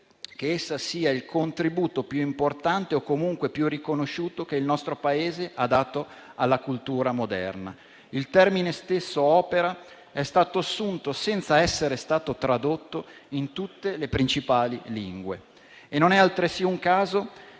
che essa sia il contributo più importante o comunque più riconosciuto che il nostro Paese ha dato alla cultura moderna. Il termine stesso «opera» è stato assunto senza essere tradotto in tutte le principali lingue e non è altresì un caso